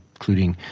including,